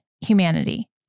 humanity